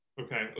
Okay